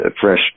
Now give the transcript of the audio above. fresh